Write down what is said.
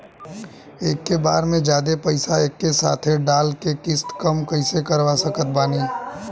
एके बार मे जादे पईसा एके साथे डाल के किश्त कम कैसे करवा सकत बानी?